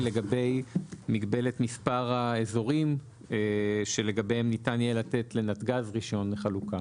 לגבי מגבלת מספר האזורים שלגביהם ניתן יהיה לתת לנתג"ז רישיון לחלוקה.